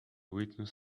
witness